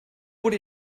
wurde